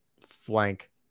flank